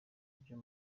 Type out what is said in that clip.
byo